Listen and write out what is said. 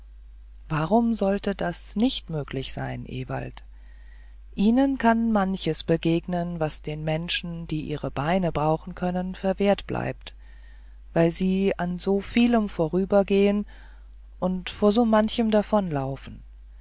warum sollte das nicht möglich sein ewald ihnen kann manches begegnen was den menschen die ihre beine brauchen können verwehrt bleibt weil sie an so vielem vorübergehen und vor so manchem